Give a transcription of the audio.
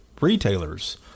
retailers